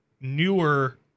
newer